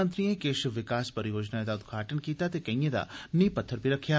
मंत्रिएं किश विकास परियोजनाएं दा उदघाटन कीता ते कोइयें दा नींह पत्थर बी रक्खेआ